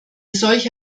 solche